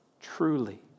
Truly